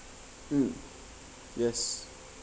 mm yes